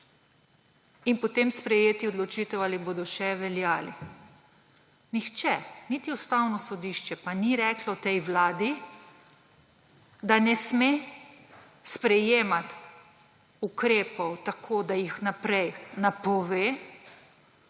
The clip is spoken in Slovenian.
in potem sprejeti odločitev, ali bodo še veljali. Nihče, niti Ustavno sodišče pa ni reklo tej vladi, da ne sme sprejemati ukrepov tako, da jih vnaprej napove,